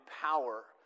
power